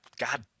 God